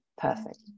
Perfect